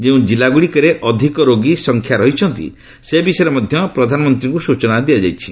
ଯେଉଁ ଜିଲ୍ଲାଗୁଡ଼ିକରେ ଅଧିକ ରୋଗୀ ସଂଖ୍ୟା ରହିଛନ୍ତି ସେ ବିଷୟରେ ମଧ୍ୟ ପ୍ରଧାନମନ୍ତ୍ରୀଙ୍କୁ ସୂଚନା ଦିଆଯାଇଛି